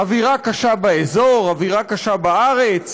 אווירה קשה באזור, אווירה קשה בארץ.